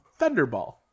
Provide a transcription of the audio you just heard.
Thunderball